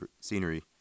scenery